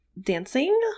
dancing